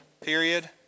period